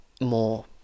more